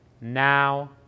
now